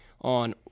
on